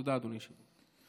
תודה, אדוני היושב-ראש.